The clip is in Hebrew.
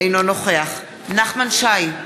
אינו נוכח נחמן שי,